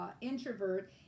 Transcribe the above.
introvert